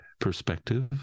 perspective